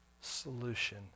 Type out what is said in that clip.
solution